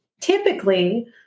typically